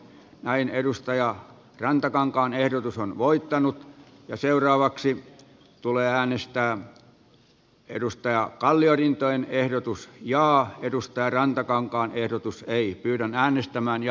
eduskunta edellyttää että poliisipalvelut turvataan koko maassa ja että harmaan talouden torjuntaan ja liikenteen valvontaan voidaan osoittaa riittävästi voimavaroja